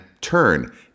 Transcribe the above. turn